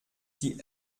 die